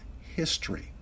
history